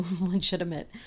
legitimate